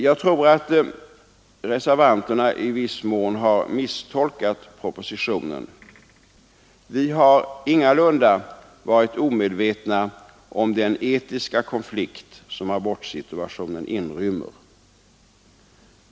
Jag tror att reservanterna i viss mån har misstolkat propositionen. Vi har ingalunda varit omedvetna om den etiska konflikt som abortsituationen inrymmer.